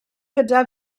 gyda